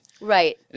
Right